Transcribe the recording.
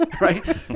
right